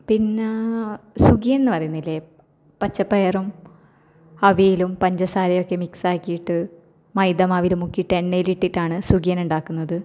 പിന്നെ സുഗിയൻ എന്ന് പറയുന്നതില്ലെ പച്ചപ്പയറും അവിലും പഞ്ചസാരയൊക്കെ മിക്സാക്കിയിട്ട് മൈദാ മാവില് മുക്കിയിട്ട് എണ്ണയിലിട്ടിട്ടാണ് സുഗിയൻ ഉണ്ടാക്കുന്നത്